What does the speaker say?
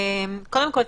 קודם כל,